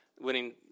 winning